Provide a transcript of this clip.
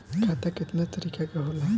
खाता केतना तरीका के होला?